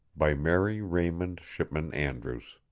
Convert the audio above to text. by mary raymond shipman andrews